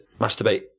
masturbate